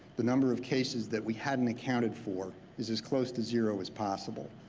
the number of cases that we hadn't accounted for is as close to zero as possible.